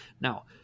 Now